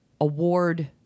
award